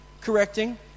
correcting